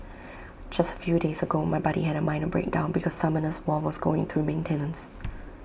just A few days ago my buddy had A minor breakdown because Summoners war was going through maintenance